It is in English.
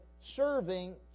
serving